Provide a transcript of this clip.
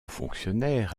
fonctionnaire